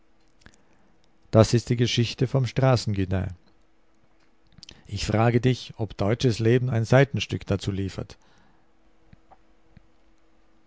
das ist die geschichte vom straßen gudin ich frage dich ob deutsches leben ein seitenstück dazu liefert